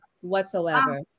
Whatsoever